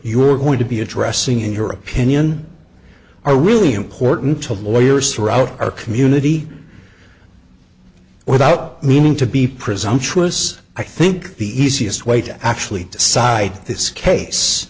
are going to be addressing in your opinion are really important to lawyers throughout our community without meaning to be presumptuous i think the easiest way to actually decide this case